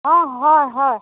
অঁ হয় হয়